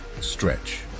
Stretch